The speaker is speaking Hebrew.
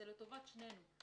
זה לטובת שנינו.